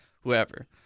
whoever